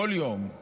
כל יום אנחנו